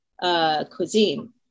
cuisine